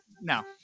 No